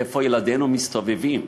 איפה ילדינו מסתובבים,